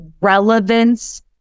relevance